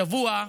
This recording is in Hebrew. השבוע,